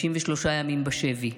53 ימים שבי: